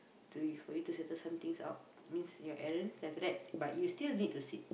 to for you to settle some things out means your errands then after that but you still need to sit